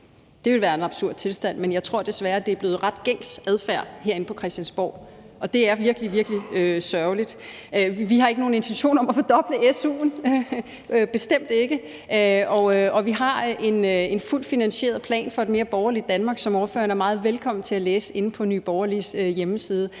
Det ville være en absurd tilstand, men jeg tror desværre, at det er blevet ret gængs adfærd herinde på Christiansborg, og det er virkelig, virkelig sørgeligt. Vi har ikke nogen intentioner om at fordoble su'en, bestemt ikke, og vi har en fuldt finansieret plan for et mere borgerligt Danmark, som ordføreren er meget velkommen til at læse inde på Nye Borgerliges hjemmeside.